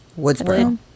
Woodsboro